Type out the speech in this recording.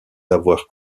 d’avoir